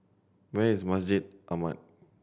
where is Masjid Ahmad